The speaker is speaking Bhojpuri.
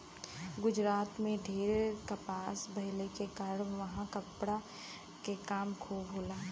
गुजरात में ढेर कपास भइले के कारण उहाँ कपड़ा के काम खूब होला